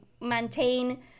maintain